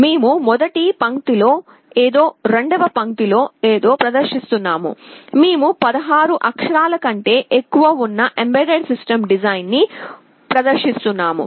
మేము మొదటి పంక్తిలో ఏదో రెండవ పంక్తిలో ఏదో ప్రదర్శిస్తున్నాము మేము 16 అక్షరాల కంటే ఎక్కువ ఉన్న EMBEDDED SYSTEM DESIGN ని ప్రదర్శిస్తున్నాము